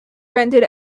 rented